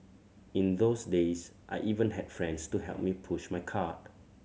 in those days I even had friends to help me push my cart